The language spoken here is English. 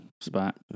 spot